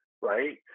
right